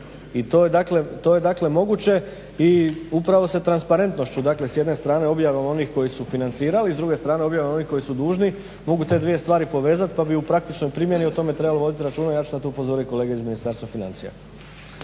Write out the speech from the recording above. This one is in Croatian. je dakle moguće i upravo se transparentnošću, dakle s jedne strane objavom onih koji su financirali, s druge strane objava onih koji su dužni mogu te dvije stvari povezat pa bi u praktičnoj primjeni o tome trebalo voditi računa. Ja ću na to upozoriti kolege iz Ministarstva financija.